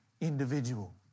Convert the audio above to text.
individual